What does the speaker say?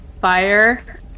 fire